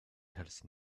else